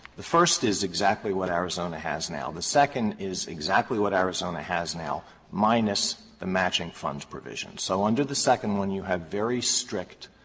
the first is exactly what arizona has now. the second is exactly what arizona has now minus the matching fund provision. so under the second one you have very strict